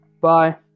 Bye